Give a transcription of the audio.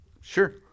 Sure